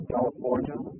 California